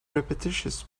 repetitious